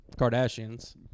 Kardashians